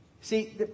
See